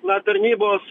na tarnybos